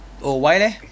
oh why leh